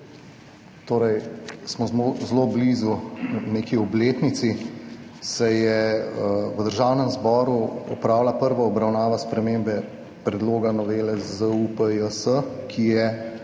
torej smo zelo, zelo blizu neki obletnici, se je v Državnem zboru opravila prva obravnava spremembe predloga novele ZUPJS, ki je